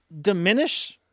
diminish